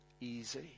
easy